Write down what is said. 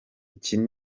ikibi